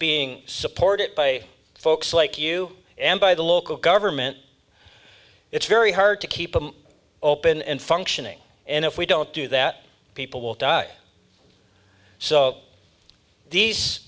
being supported by folks like you and by the local government it's very hard to keep them open and functioning and if we don't do that people will die so these